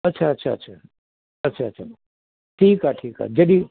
अच्छा अच्छा अच्छा अच्छा अच्छा ठीकु आहे ठीकु आहे जॾहिं